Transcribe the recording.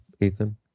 Ethan